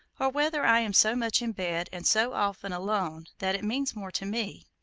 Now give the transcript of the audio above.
or whether i am so much in bed, and so often alone, that it means more to me.